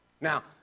Now